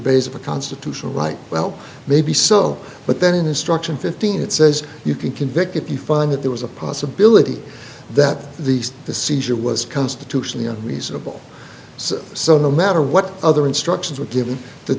a constitutional right well maybe so but then instruction fifteen it says you can convict if you find that there was a possibility that the the seizure was constitutionally reasonable so no matter what other instructions were given th